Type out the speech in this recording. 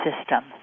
system